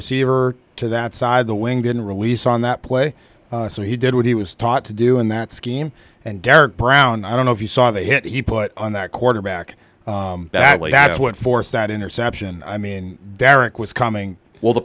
receiver to that side of the wing didn't release on that play so he did what he was taught to do in that scheme and derek brown i don't know if you saw the hit he put on that quarterback badly that's what forced that interception i mean derrick was coming well the